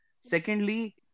Secondly